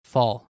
Fall